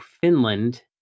Finland